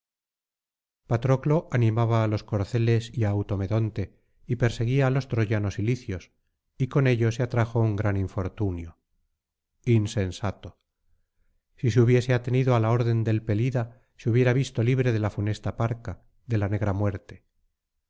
patroclo animaba á los corceles y á automedonte y perseguía á los troyanos y licios y con ello se atrajo un gran infortunio insensato si se hubiese atenido á la orden del pelida se hubiera visto libre de la funesta parca dé la negra muerte